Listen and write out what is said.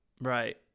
right